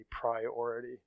priority